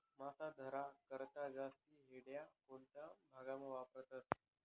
मासा धरा करता जास्ती होड्या कोणता भागमा वापरतस